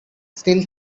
still